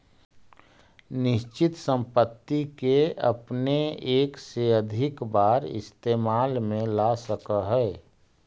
निश्चित संपत्ति के अपने एक से अधिक बार इस्तेमाल में ला सकऽ हऽ